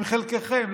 עם חלקכם,